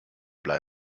blei